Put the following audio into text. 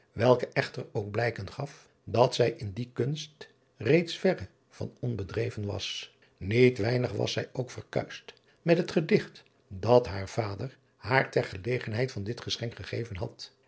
welke echter ook blijken gaf dat zij in die kunst reeds verre van onbedreven was iet weinig was zij ook verkuischt met het gedicht dat haar vader haar ter gelegenheid van dit geschenk gegeven had